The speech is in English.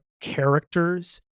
characters